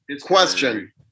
Question